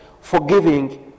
Forgiving